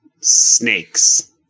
snakes